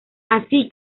así